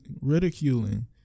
ridiculing